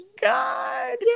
God